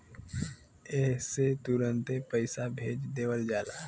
एह से तुरन्ते पइसा भेज देवल जाला